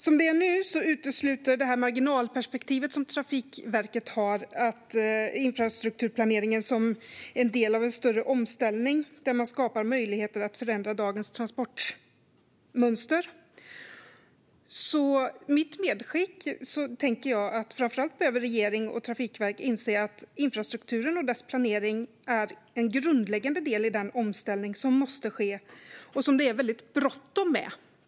Som det är nu utesluter marginalperspektivet som Trafikverket har att infrastrukturplaneringen är en del av en större omställning där man skapar möjligheter att förändra dagens transportmönster. Mitt medskick är framför allt att regeringen och Trafikverket behöver inse att infrastrukturen och dess planering är en grundläggande del i den omställning som måste ske och som det är väldigt bråttom med.